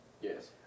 Yes